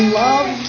love